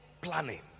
planning